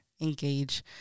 engage